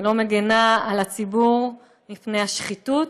היא לא מגינה על הציבור מפני השחיתות,